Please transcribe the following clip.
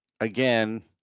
again